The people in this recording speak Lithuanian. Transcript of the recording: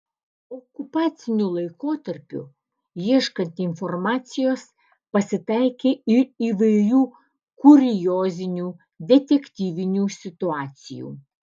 okupaciniu laikotarpiu ieškant informacijos pasitaikė ir įvairių kuriozinių detektyvinių situacijų